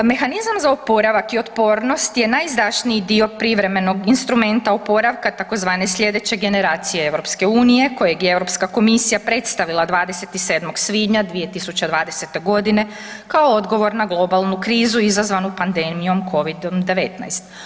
Mehanizam za oporavak i otpornost je najizdašniji dio privremenog instrumenta oporavka, tzv. sljedeće generacije Europske unije, kojeg je Europska komisija predstavila 27. svibnja 2020. godine, kao odgovor na globalnu krizu izazvanu pandemijom Covid 19.